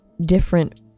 different